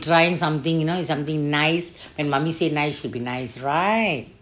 trying something you know something nice when mummy say nice it should be nice right